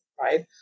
right